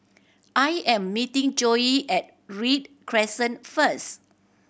I am meeting Joey at Read Crescent first